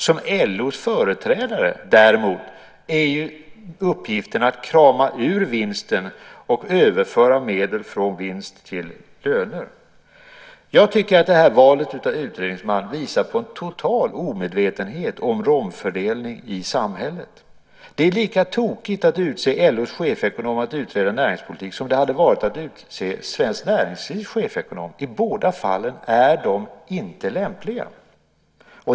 Som LO:s företrädare däremot är ju uppgiften att krama ur vinsten och överföra medel från vinst till löner. Jag tycker att det här valet av utredningsman visar på en total omedvetenhet om rollfördelningen i samhället. Det är lika tokigt att utse LO:s chefsekonom att utreda näringspolitik som det hade varit att utse Svenskt Näringslivs chefsekonom. Båda dessa är inte lämpliga.